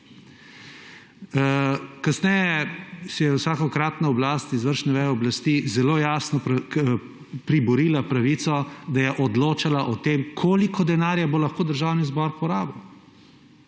Kasneje si je vsakokratna oblast izvršne veje oblasti zelo jasno priborila pravico, da je odločala o tem, koliko denarja bo lahko Državni zbor porabil.